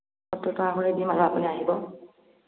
সত্তৰ টকা কৰি দিম আৰু আপুনি আহিব